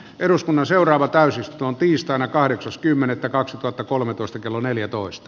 eduskunnan seuraava täysin on tiistaina kahdeksas kymmenettä kaksituhattakolmetoista kello neljätoista